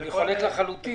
אני חולק לחלוטין.